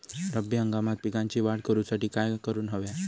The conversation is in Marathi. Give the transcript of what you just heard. रब्बी हंगामात पिकांची वाढ करूसाठी काय करून हव्या?